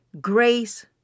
grace